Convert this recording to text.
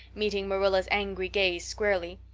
meeting marilla's angry gaze squarely.